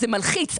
זה מלחיץ.